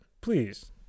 Please